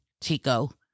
Tico